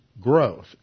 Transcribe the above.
growth